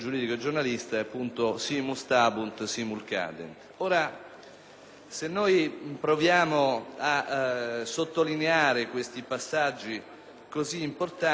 Se noi proviamo a sottolineare questi passaggi così importanti, di certo non possiamo neppure sottacere il rilievo